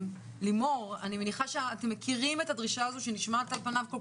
לימור אני מניחה שאתם מכירים את הדרישה הזאת שנשמעת על פניו כל